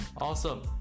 Awesome